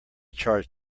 charge